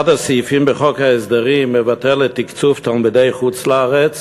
אחד הסעיפים בחוק ההסדרים מבטל את תקצוב תלמידי חוץ-לארץ